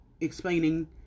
explaining